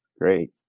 Great